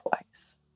twice